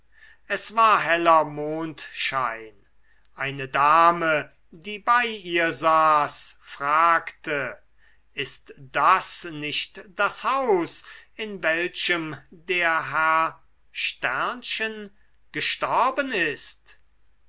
es war heller mondschein eine dame die bei ihr saß fragte ist das nicht das haus in welchem der herr gestorben ist